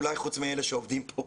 אולי חוץ מאלה שעובדים פה.